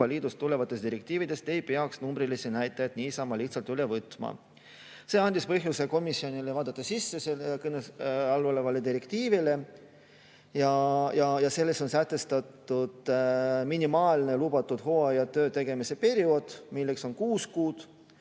Liidust tulevatest direktiividest ei peaks numbrilisi näitajaid niisama lihtsalt üle võtma. See andis komisjonile põhjuse vaadata sisse kõne all olevale direktiivile. Ja selles on sätestatud minimaalne lubatud hooajatöö tegemise periood, milleks on kuus kuud,